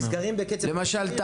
למשל,